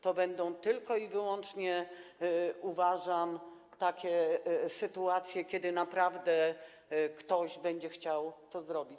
To będą tylko i wyłącznie, uważam, takie sytuacje, kiedy naprawdę ktoś będzie chciał to zrobić.